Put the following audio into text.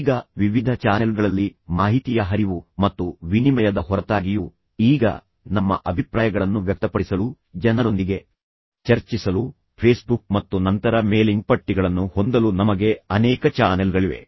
ಈಗ ವಿವಿಧ ಚಾನೆಲ್ಗಳಲ್ಲಿ ಮಾಹಿತಿಯ ಹರಿವು ಮತ್ತು ವಿನಿಮಯದ ಹೊರತಾಗಿಯೂ ಈಗ ನಮ್ಮ ಅಭಿಪ್ರಾಯಗಳನ್ನು ವ್ಯಕ್ತಪಡಿಸಲು ಜನರೊಂದಿಗೆ ಚರ್ಚಿಸಲು ಫೇಸ್ಬುಕ್ ಮತ್ತು ನಂತರ ಮೇಲಿಂಗ್ ಪಟ್ಟಿಗಳನ್ನು ಹೊಂದಲು ನಮಗೆ ಅನೇಕ ಚಾನೆಲ್ಗಳಿವೆ